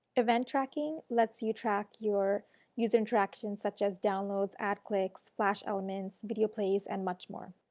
event tracking lets you track your use end tracking such as downloads, ad clicks, elements, video plays and much more.